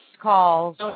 calls